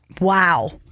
Wow